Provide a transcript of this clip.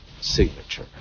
signature